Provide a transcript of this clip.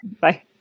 Bye